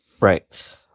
right